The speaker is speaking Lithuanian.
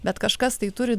bet kažkas tai turi